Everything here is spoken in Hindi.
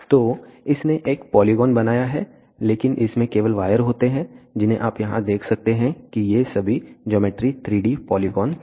तो इसने एक पोलीगोन बनाया है लेकिन इसमें केवल वायर होते हैं जिन्हें आप यहाँ देख सकते हैं कि ये सभी ज्योमेट्री 3 D पोलीगोन थे